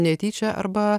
netyčia arba